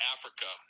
Africa